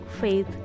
faith